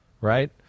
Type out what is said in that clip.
right